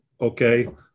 Okay